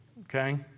Okay